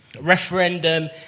referendum